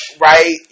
Right